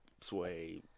Sway